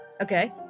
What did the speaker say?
okay